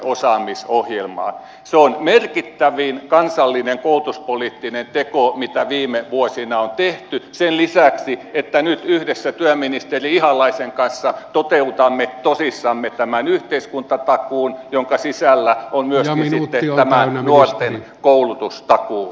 se on merkittävin kansallinen koulutuspoliittinen teko mitä viime vuosina on tehty sen lisäksi että nyt yhdessä työministeri ihalaisen kanssa toteutamme tosissamme tämän yhteiskuntatakuun jonka sisällä on myöskin tämä nuorten koulutustakuu